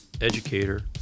educator